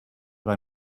but